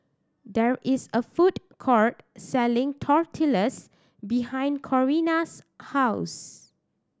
there is a food court selling Tortillas behind Corrina's house